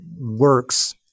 works